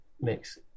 mix